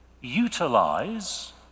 utilize